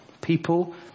People